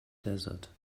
desert